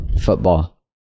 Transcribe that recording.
Football